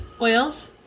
oils